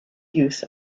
use